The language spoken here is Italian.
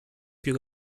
più